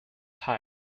tyre